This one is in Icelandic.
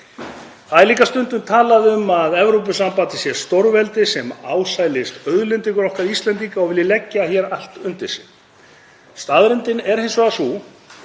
Það er líka stundum talað um að Evrópusambandið sé stórveldi sem ásælist auðlindir okkar Íslendinga og vilji leggja hér allt undir sig. Staðreyndin er hins vegar sú